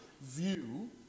view